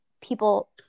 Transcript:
people